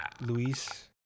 Luis